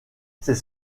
ces